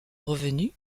revenu